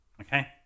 Okay